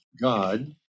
God